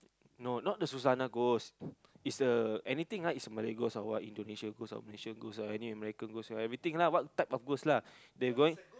no not the Susanna ghost is the anything likes Malay ghost or what Indonesia ghost or Malaysian ghost or any American ghost you know everything lah what type of ghost lah